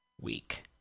week